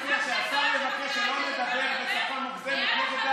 כשאתה מבקש היום לדבר בשפה מוגזמת,